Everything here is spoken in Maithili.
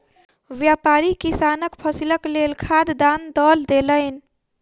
व्यापारी किसानक फसीलक लेल खाद दान दअ देलैन